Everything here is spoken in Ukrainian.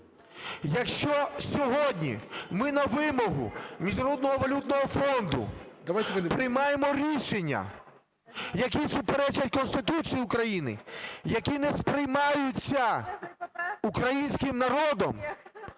Якщо сьогодні ми на вимогу Міжнародного валютного фонду приймаємо рішення, які суперечать Конституції України, які не сприймаються українським народом,